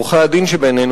עורכי-הדין שבינינו,